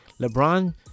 LeBron